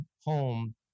home